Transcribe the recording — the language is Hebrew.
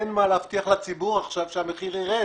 אין מה להבטיח לציבור עכשיו שהמחיר יירד,